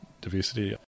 diversity